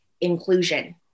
inclusion